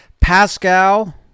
Pascal